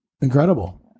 incredible